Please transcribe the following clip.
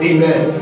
Amen